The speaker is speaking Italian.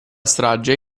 strage